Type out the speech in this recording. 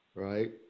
Right